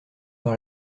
par